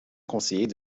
conseillers